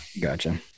Gotcha